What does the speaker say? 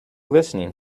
listening